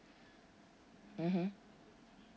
mmhmm